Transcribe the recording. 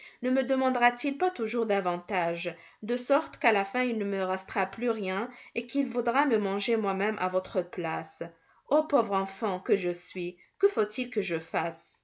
ne me demandera-t-il pas toujours davantage de sorte qu'à la fin il ne me restera plus rien et qu'il voudra me manger moi-même à votre place ô pauvre enfant que je suis que faut-il que je fasse